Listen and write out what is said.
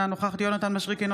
אינה נוכחת יונתן מישרקי,